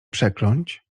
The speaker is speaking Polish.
przekląć